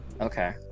Okay